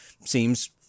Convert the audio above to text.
seems